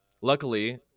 luckily